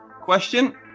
question